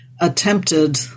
attempted